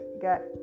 get